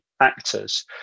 Actors